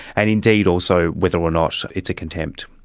and indeed also whether or not it's a contempt.